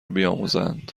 بیاموزند